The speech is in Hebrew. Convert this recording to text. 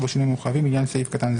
כל